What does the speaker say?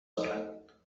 دارد